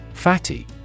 Fatty